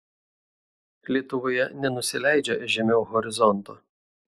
lietuvoje nenusileidžia žemiau horizonto